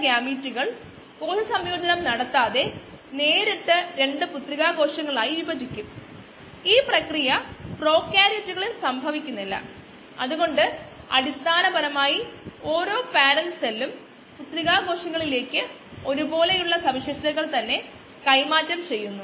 കോശങ്ങളുടെ സാന്ദ്രതയുമായി ബന്ധപ്പെട്ട് ഇത് സാധാരണവൽക്കരിക്കപ്പെട്ടു അതിനാൽ ഇതിനെ നിർദ്ദിഷ്ട വളർച്ചാ നിരക്ക് എന്ന് വിളിക്കുന്നു